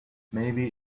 maybe